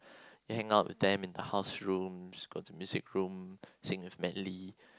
you hang out with them in the house rooms go to music room sing with medley